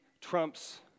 trumps